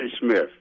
Smith